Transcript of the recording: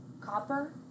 Copper